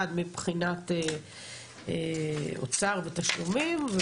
אחד, מבחינת אוצר ותשלומים.